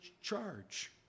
charge